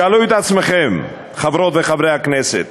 שאלו את עצמכם, חברות וחברי הכנסת,